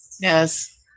Yes